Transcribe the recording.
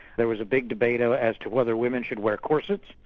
there was a big debate ah as to whether women should wear corsets,